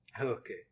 Okay